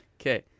Okay